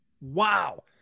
Wow